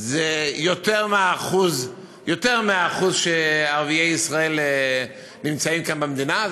זה יותר משיעורם של ערביי ישראל כאן במדינה.